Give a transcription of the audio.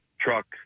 truck